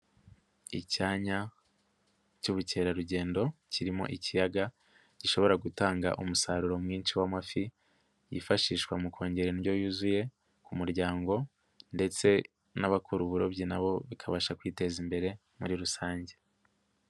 Icyanya cy'ubukerarugendo, kirimo ikiyaga gishobora gutanga umusaruro mwinshi w'amafi, yifashishwa mu kongera indyo yuzuye ku muryango ndetse n'abakora uburobyi na bo bikabasha kwiteza imbere, muri rusange.